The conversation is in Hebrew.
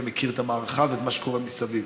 ומכיר את המערכה ואת מה שקורה מסביב: